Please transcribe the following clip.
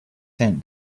sent